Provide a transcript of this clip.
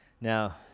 Now